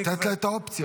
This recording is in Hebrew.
גם לתת לה את האופציה.